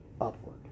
Upward